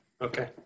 okay